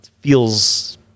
feels